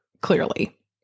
clearly